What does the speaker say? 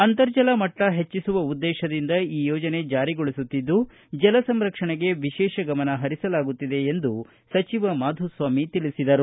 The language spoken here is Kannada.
ಅಂತರ್ಜಲ ಮಟ್ಟ ಹೆಚ್ಚಿಸುವ ಉದ್ದೇಶದಿಂದ ಈ ಯೋಜನೆ ಜಾರಿಗೊಳಿಸುತ್ತಿದ್ದು ಜಲಸಂರಕ್ಷಣೆಗೆ ವಿಶೇಷ ಗಮನ ಹರಿಸಲಾಗುತ್ತಿದೆ ಎಂದು ಸಚಿವ ಮಾಧುಸ್ವಾಮಿ ತಿಳಿಸಿದರು